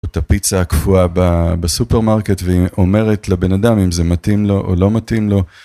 את הפיצה הקפואה בסופרמרקט ואומרת לבן אדם אם זה מתאים לו או לא מתאים לו.